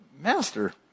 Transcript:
Master